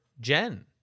jen